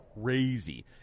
crazy